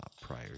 prior